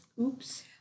Oops